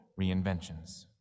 reinventions